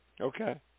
Okay